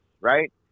right